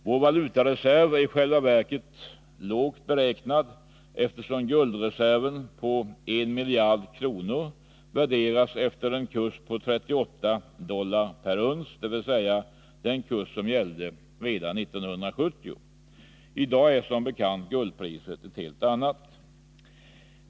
Vår valutareserv är i själva verket lågt beräknad, eftersom guldreserven på 1 miljard kronor värderas efter en kurs på 38 dollar per uns, dvs. den kurs som gällde redan 1970. I dag är som bekant guldpriset ett helt annat.